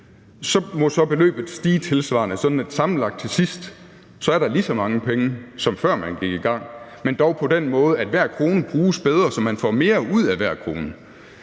må beløbet så stige tilsvarende, sådan at der til sidst sammenlagt er lige så mange penge, som før man gik i gang, men dog på den måde, at hver krone bruges bedre, så man får mere ud af hver krone.